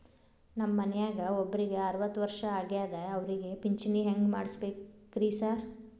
ನಮ್ ಮನ್ಯಾಗ ಒಬ್ರಿಗೆ ಅರವತ್ತ ವರ್ಷ ಆಗ್ಯಾದ ಅವ್ರಿಗೆ ಪಿಂಚಿಣಿ ಹೆಂಗ್ ಮಾಡ್ಸಬೇಕ್ರಿ ಸಾರ್?